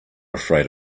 afraid